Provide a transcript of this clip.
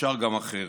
שאפשר גם אחרת.